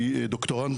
אני דוקטורנט,